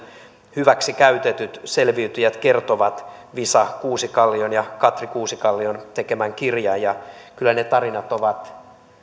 hyväksikäytetyt selviytyjät kertovat visa kuusikallion ja katri kuusikallion tekemän kirjan ja kyllä ne tarinat ovat